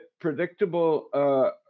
predictable